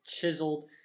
chiseled